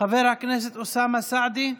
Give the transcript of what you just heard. חבר הכנסת אוסאמה סעדי,